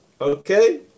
Okay